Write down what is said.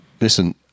listen